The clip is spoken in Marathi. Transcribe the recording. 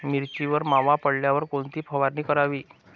मिरचीवर मावा पडल्यावर कोणती फवारणी करावी?